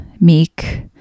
meek